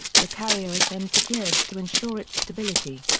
the carrier is then secured to ensure its stability.